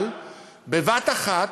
אבל בבת-אחת,